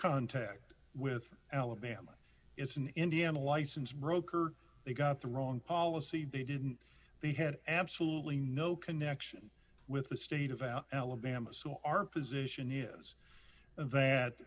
contact with alabama it's an indiana license broker they got the wrong policy they didn't they had absolutely no connection with the state of our alabama so our position is that